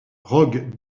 rogue